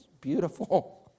beautiful